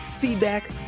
feedback